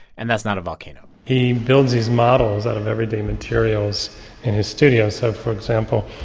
and that's not a volcano he builds these models out of everyday materials in his studio. so, for example,